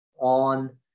on